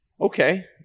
okay